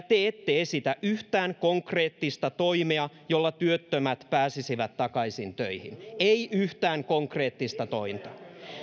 te ette esitä yhtään konkreettista toimea jolla työttömät pääsisivät takaisin töihin ei yhtään konkreettista tointa